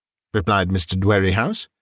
replied mr. dwerringhouse,